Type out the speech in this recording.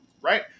Right